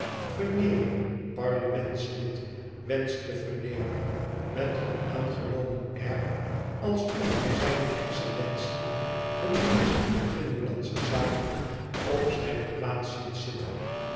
veneering parlementslid wenscht te vernemen met een aangenomen air alsof hij zijne excellentie den minister van binnenlandsche zaken op zijne plaats ziet zitten